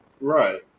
Right